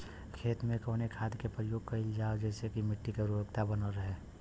खेत में कवने खाद्य के प्रयोग कइल जाव जेसे मिट्टी के उर्वरता बनल रहे?